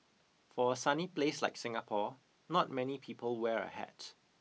for a sunny place like Singapore not many people wear a hat